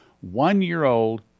one-year-old